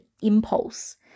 impulse